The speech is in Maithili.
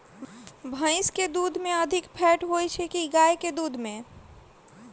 भैंस केँ दुध मे अधिक फैट होइ छैय या गाय केँ दुध में?